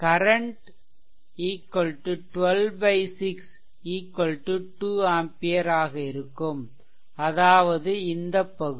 current 126 2 ampere ஆக இருக்கும்அதாவது இந்தப்பகுதி